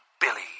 Billy